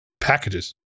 packages